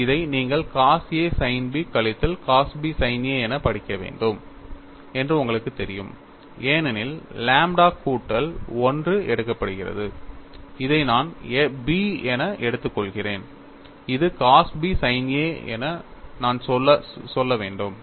இதை நீங்கள் cos a sin b கழித்தல் cos b sin a என படிக்க வேண்டும் என்று உங்களுக்குத் தெரியும் ஏனெனில் லாம்ப்டா கூட்டல் 1 எடுக்கப்படுகிறது இதை நான் b என எடுத்துக்கொள்கிறேன் இது cos b sin a என நான் சொல்ல வேண்டும்